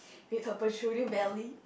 with her protruding belly